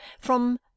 from